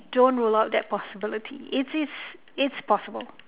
don't rule out that possibility it is it's possible